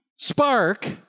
spark